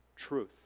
truth